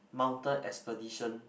mountain expedition